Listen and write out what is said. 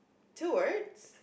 two words